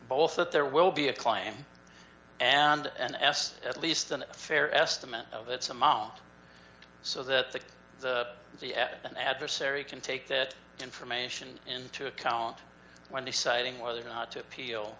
both that there will be a claim and an s at least a fair estimate of its amount so that the admin adversary can take that information into account when deciding whether or not to appeal